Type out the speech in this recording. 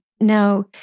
now